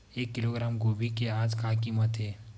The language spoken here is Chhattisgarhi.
एक किलोग्राम गोभी के आज का कीमत हे?